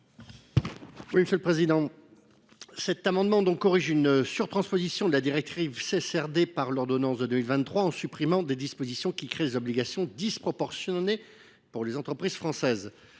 à M. Franck Dhersin. Cet amendement vise à corriger une surtransposition de la directive CSRD par l’ordonnance de 2023, en supprimant des dispositions créant des obligations disproportionnées pour les entreprises françaises.